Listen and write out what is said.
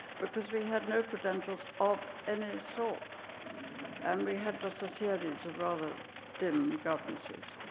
but because we had no credentials of any sort, and we had just a series of rather dim governesses,